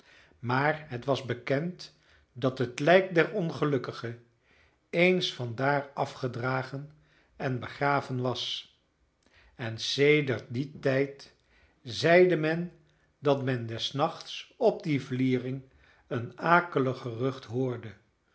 maar het was bekend dat het lijk der ongelukkige eens van daar afgedragen en begraven was en sedert dien tijd zeide men dat men des nachts op die vliering een akelig gerucht hoorde